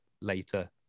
later